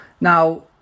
Now